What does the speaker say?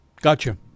Gotcha